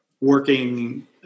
working